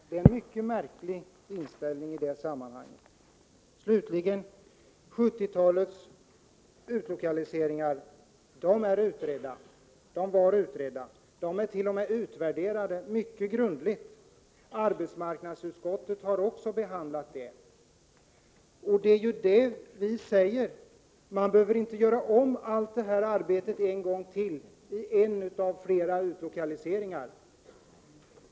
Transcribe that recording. Det är en mycket märklig inställning från en oppositionspolitiker. Slutligen: 70-talets utlokaliseringar blev utredda. De är t.o.m. också mycket grundligt utvärderade. Arbetsmarknadsutskottet har också behandlat dessa frågor. Vad vi säger är att man inte behöver göra om allt det arbete som en gång gjorts. Nu rör det sig ju om en av flera utlokaliseringar.